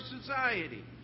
society